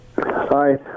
hi